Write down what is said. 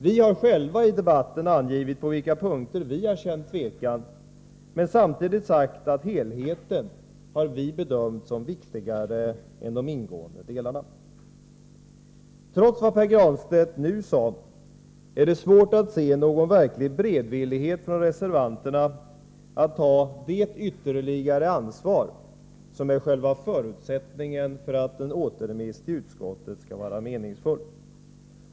Vi har själva i debatten angivit på vilka punkter vi har känt tvekan men samtidigt sagt att helheten har vi bedömt som viktigare än de ingående delarna. Trots vad Pär Granstedt nu sade är det svårt att se någon verklig beredvillighet hos reservanterna att ta det ytterligare ansvar som är själva förutsättningen för att en återremiss till utskottet skall vara meningsfull.